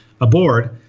aboard